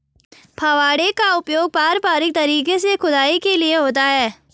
फावड़े का प्रयोग पारंपरिक तरीके से खुदाई के लिए होता है